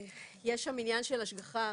יש שם עניין של השגחה חלקית,